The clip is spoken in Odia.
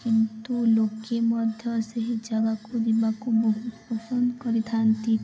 କିନ୍ତୁ ଲୋକେ ମଧ୍ୟ ସେହି ଜାଗାକୁ ଯିବାକୁ ବହୁତ ପସନ୍ଦ କରିଥାନ୍ତି